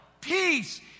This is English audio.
peace